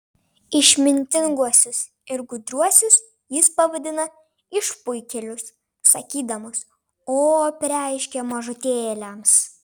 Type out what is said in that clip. išmintinguosius ir gudriuosius jis pavadina išpuikėlius sakydamas o apreiškei mažutėliams